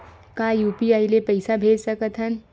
का यू.पी.आई ले पईसा भेज सकत हन?